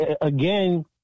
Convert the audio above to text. again